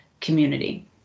community